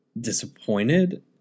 disappointed